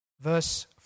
Verse